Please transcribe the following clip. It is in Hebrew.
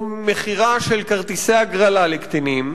או מכירה של כרטיסי הגרלה לקטינים,